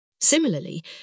Similarly